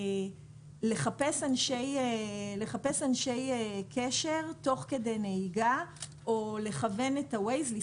לחפש אנשי קשר תוך כדי נהיגה או לכוון את הוויז לא.